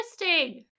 Interesting